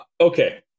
Okay